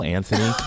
Anthony